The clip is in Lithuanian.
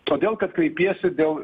todėl kad kreipiesi dėl